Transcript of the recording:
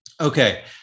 Okay